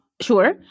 Sure